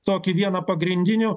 tokį vieną pagrindinių